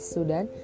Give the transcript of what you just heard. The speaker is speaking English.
Sudan